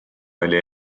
oli